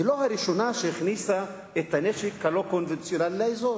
היא לא הראשונה שהכניסה את הנשק הלא-קונבנציונלי לאזור,